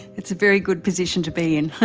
that's a very good position to be in.